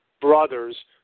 brothers